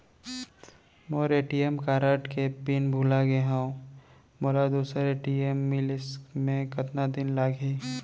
मोर ATM card के code भुला गे हव, मोला दूसर ए.टी.एम मिले म कतका दिन लागही?